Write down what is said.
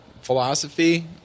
philosophy